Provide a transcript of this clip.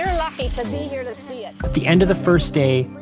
lucky to be here to see it. at the end of the first day,